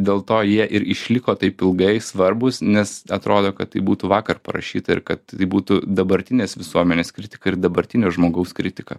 dėl to jie ir išliko taip ilgai svarbūs nes atrodo kad tai būtų vakar parašyta ir kad tai būtų dabartinės visuomenės kritika ir dabartinio žmogaus kritika